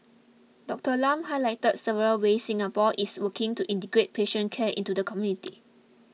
Doctor Lam highlighted several ways Singapore is working to integrate patient care into the community